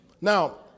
Now